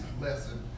lesson